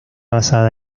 basada